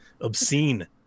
obscene